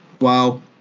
Wow